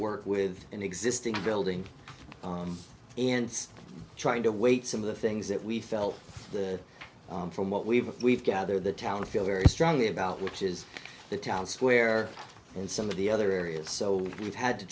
work with an existing building and trying to wait some of the things that we felt from what we've we've gathered the town feel very strongly about which is the town square and some of the other areas so we've had to